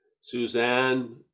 Suzanne